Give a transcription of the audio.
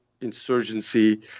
insurgency